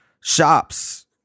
shops